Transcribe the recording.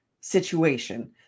situation